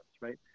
Right